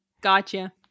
Gotcha